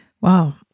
wow